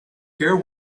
care